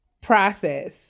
process